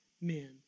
men